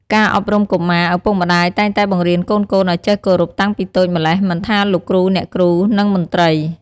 ការអប់រំកុមារ ឪពុកម្តាយតែងតែបង្រៀនកូនៗឱ្យចេះគោរពតាំងពីតូចម្ល៉េះមិនថាលោកគ្រូអ្នកគ្រូ និងមន្ត្រី។